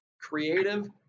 creative